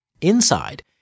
Inside